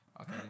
Okay